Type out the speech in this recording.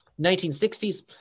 1960s